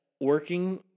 working